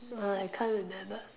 I can't remember